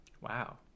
Wow